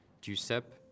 Giuseppe